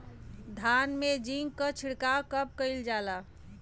धान में जिंक क छिड़काव कब कइल जाला?